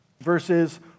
verses